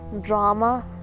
drama